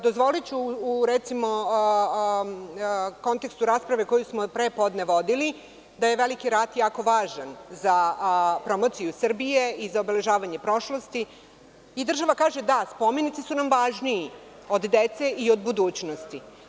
Dozvoliću, u recimo kontekstu rasprave koju smo od pre podne vodili, da je veliki rat jako važan za promociju Srbije i za obeležavanje prošlosti i država kaže – da, spomenici su nam važniji od dece i od budućnosti.